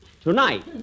Tonight